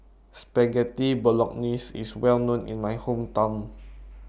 Spaghetti Bolognese IS Well known in My Hometown